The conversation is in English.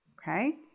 okay